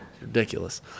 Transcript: ridiculous